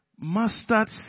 mustard